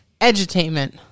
edutainment